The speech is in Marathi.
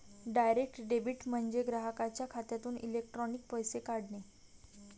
डायरेक्ट डेबिट म्हणजे ग्राहकाच्या खात्यातून इलेक्ट्रॉनिक पैसे काढणे